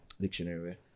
dictionary